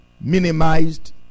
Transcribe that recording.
minimized